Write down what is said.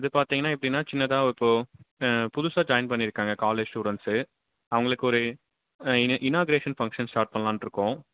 அது பார்த்தீங்கன்னா எப்படின்னா சின்னதாக இப்போது புதுசா ஜாயின் பண்ணியிருக்காங்க காலேஜ் ஸ்டூடண்ட்ஸு அவங்களுக்கு ஒரு இன இனாகிரேஷன் ஃபங்க்ஷன் ஸ்டார்ட் பண்ணலான்ட்ருக்கோம்